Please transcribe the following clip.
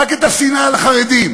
רק את השנאה לחרדים.